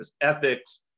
Ethics